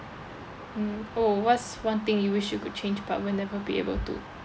mm oh what's one thing you wish you could change but will never be able to